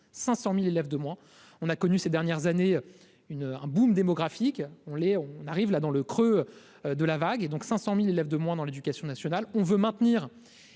500000 élèves de moins, on a connu ces dernières années une un boom démographique, on les on arrive là dans le creux de la vague et donc 500000 élèves de moins dans l'éducation nationale on veut maintenir